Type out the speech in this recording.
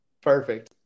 Perfect